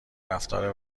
رفتار